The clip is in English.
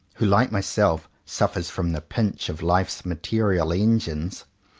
who like myself suffers from the pinch of life's material engines,